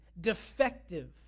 defective